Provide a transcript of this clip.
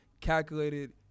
calculated